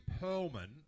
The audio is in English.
perlman